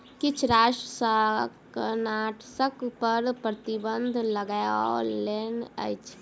किछ राष्ट्र शाकनाशक पर प्रतिबन्ध लगौने अछि